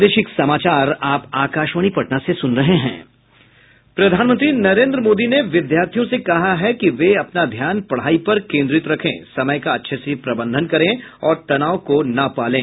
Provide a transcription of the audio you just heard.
प्रधानमंत्री नरेन्द्र मोदी ने विद्यार्थियों से कहा है कि वे अपना ध्यान पढ़ाई पर केन्द्रित रखें समय का अच्छे से प्रबंधन करें और तनाव को न पालें